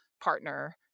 Partner